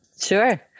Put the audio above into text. Sure